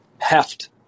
heft